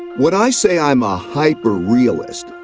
when i say i'm a hyper-realist,